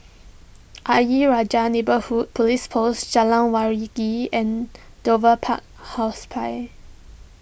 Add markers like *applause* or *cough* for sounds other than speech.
*noise* Ayer Rajah Neighbourhood Police Post Jalan Waringin and Dover Park Hospice